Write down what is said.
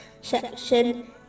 section